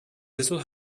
little